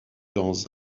dans